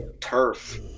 turf